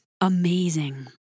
amazing